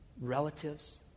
relatives